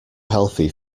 healthy